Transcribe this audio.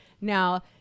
Now